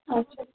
اَچھا